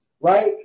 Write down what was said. right